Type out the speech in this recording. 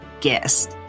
guest